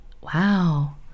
wow